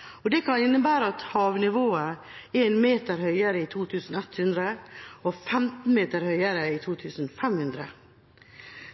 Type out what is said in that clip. havet. Det kan innebære at havnivået er én meter høyere i 2100, og femten meter høyere i 2500.